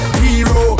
hero